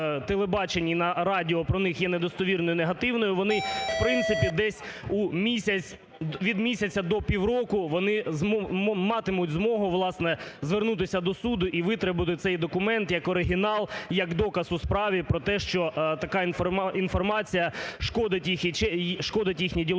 телебаченні, на радіо про них є недостовірною, негативною, вони, в принципі, десь у місяць, від місяця до півроку вони матимуть змогу, власне, звернутися до суду і витребувати цей документ як оригінал, як доказ у справі про те, що така інформація шкодить їхній діловій